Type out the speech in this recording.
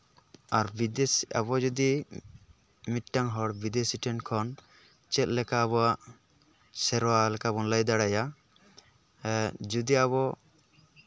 ᱟᱨ ᱵᱤᱫᱮᱥ ᱟᱵᱚ ᱡᱩᱫᱤ ᱢᱤᱫᱴᱟᱱ ᱦᱚᱲ ᱵᱤᱫᱮᱥᱤ ᱴᱷᱮᱱ ᱠᱷᱚᱱ ᱪᱮᱫ ᱞᱮᱠᱟ ᱟᱵᱚᱣᱟᱜ ᱥᱮᱨᱣᱟ ᱞᱮᱠᱟᱵᱚᱱ ᱞᱟᱹᱭ ᱫᱟᱲᱮᱭᱟᱭᱟ ᱡᱩᱫᱤ ᱟᱵᱚ